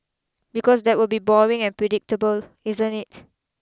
because that will be boring and predictable isn't it